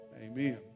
Amen